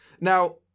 Now